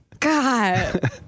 God